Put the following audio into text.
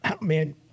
man